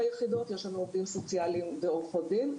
עובדים סוציאליים ועורכי דין ביחידות.